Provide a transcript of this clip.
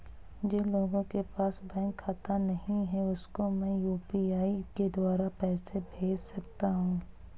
जिन लोगों के पास बैंक खाता नहीं है उसको मैं यू.पी.आई के द्वारा पैसे भेज सकता हूं?